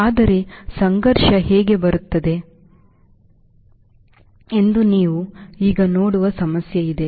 ಆದರೆ ಸಂಘರ್ಷ ಹೇಗೆ ಬರುತ್ತದೆ ಎಂದು ನೀವು ಈಗ ನೋಡುವ ಸಮಸ್ಯೆಯಿದೆ